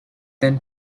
then